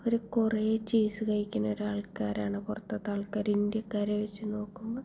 അവർ കുറേ ചീസ്സ് കഴിക്കുന്നൊരു ആൾക്കാരാണ് പുറത്തത്തെ ആൾക്കാർ ഇന്ത്യക്കാരെ വച്ച് നോക്കുമ്പോൾ